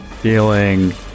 feeling